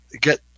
get